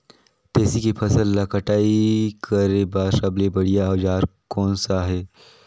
तेसी के फसल ला कटाई करे बार सबले बढ़िया औजार कोन सा हे?